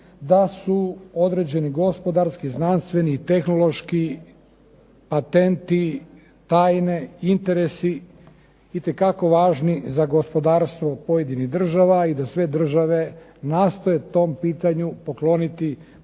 da su određeni gospodarski, znanstveni i tehnološki patenti, tajne, interesi itekako važni za gospodarstvo pojedinih država i da sve države nastoje tom pitanju pokloniti posebnu